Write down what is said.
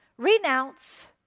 Renounce